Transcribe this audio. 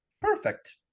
Perfect